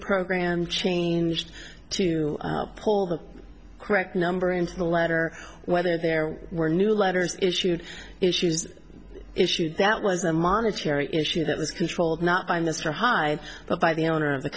program changed to pull the correct number into the latter whether there were new letters issued issues issue that was a monetary issue that was controlled not by mr hyde but by the owner of the